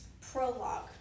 Prologue